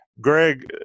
Greg